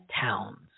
towns